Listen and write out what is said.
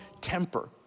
temper